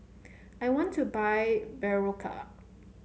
I want to buy Berocca